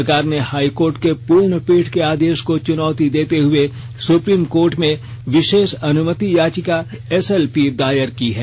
सरकार ने हाईकोर्ट के पूर्ण पीठ के आदेश को चुनौती देते हुए सुप्रीम कोर्ट में विर्शेष अनुमति याचिकाएसएलपी दायर की है